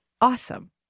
awesome